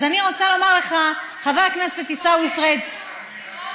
אז אני רוצה לומר לך, חבר הכנסת עיסאווי פריג' לא,